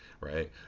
Right